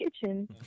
Kitchen